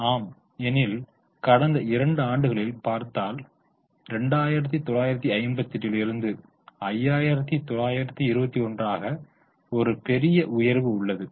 ஆம் எனில் கடந்த 2 ஆண்டுகளில் பார்த்தால் 2958 லிருந்து 5921 ஆக ஒரு பெரிய உயர்வு உள்ளது